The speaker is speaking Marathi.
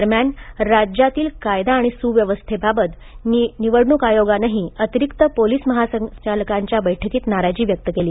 दरम्यान राज्यातील कायदा आणि सुव्यवस्थेबाबत निवडणूक आयोगानेही अतिरिक्त पोलिस महासंचालकांच्या बैठकीत नाराजी व्यक्त केली